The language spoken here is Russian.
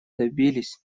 добились